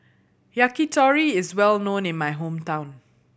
yakitori is well known in my hometown